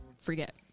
forget